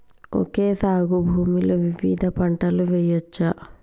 Okay సాగు భూమిలో వివిధ పంటలు వెయ్యచ్చా?